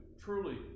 truly